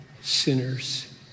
sinners